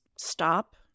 stop